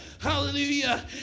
Hallelujah